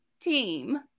team